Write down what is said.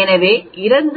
என்று கற்பனை செய்து பாருங்கள்